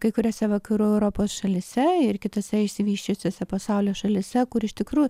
kai kuriose vakarų europos šalyse ir kitose išsivysčiusiose pasaulio šalyse kur iš tikrųjų